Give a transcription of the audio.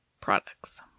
products